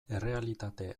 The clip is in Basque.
errealitate